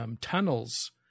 tunnels